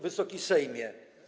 Wysoki Sejmie!